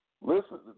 Listen